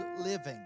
living